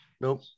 Nope